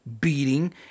beating